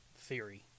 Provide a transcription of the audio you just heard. Theory